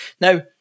Now